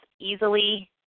easily